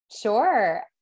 Sure